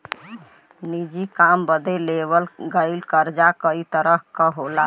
निजी काम बदे लेवल गयल कर्जा कई तरह क होला